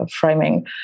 framing